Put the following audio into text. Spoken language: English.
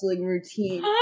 routine